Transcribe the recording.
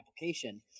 application